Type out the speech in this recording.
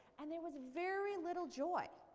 and there was very little joy,